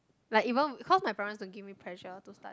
like even because my parents won't give me pressure to study